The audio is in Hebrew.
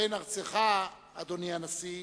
בין ארצך, אדוני הנשיא,